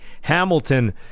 Hamilton